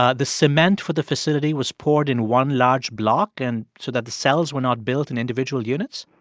ah the cement for the facility was poured in one large block and so that the cells were not built in individual units